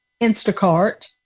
Instacart